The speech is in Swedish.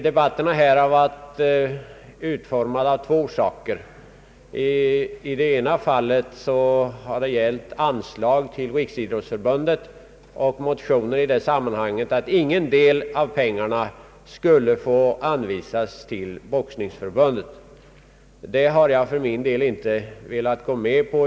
Debatten har här förts av två skilda orsaker. I det ena fallet har det gällt anslag till Sveriges Riksidrottsförbund och motioner har då väckts om att ingen del av pengarna skulle få gå vidare till Svenska boxningsförbundet. Det har jag för min del inte velat gå med på.